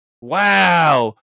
wow